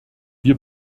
wir